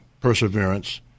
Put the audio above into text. perseverance